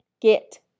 Get